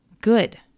good